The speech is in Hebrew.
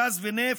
גז ונפט,